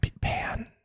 Pan